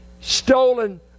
stolen